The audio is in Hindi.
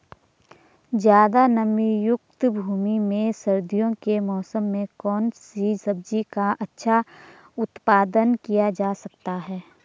ज़्यादा नमीयुक्त भूमि में सर्दियों के मौसम में कौन सी सब्जी का अच्छा उत्पादन किया जा सकता है?